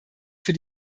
für